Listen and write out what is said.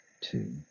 Two